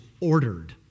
ordered